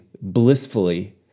blissfully